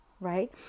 right